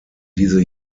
diese